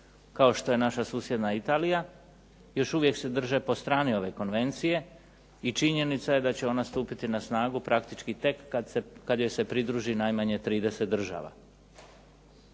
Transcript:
kao što je nama susjedna Italija, još uvijek se drže po strani ove Konvencije i činjenica je da će ona stupiti na snagu praktički tek kada joj se pridruži najmanje 20 država.